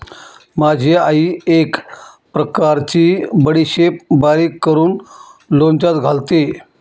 माझी आई एक प्रकारची बडीशेप बारीक करून लोणच्यात घालते